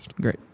Great